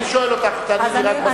אני שואל אותך, תעני לי רק בסוף.